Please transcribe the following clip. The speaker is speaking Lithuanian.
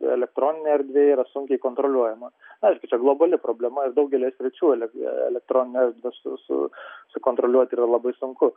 ir elektroninė erdvė yra sunkiai kontroliuojama aišku čia globali problema ir daugelyje sričių ele elektroninę erdvę su su sukontroliuoti yra labai sunku